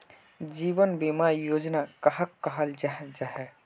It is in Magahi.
जीवन बीमा योजना कहाक कहाल जाहा जाहा?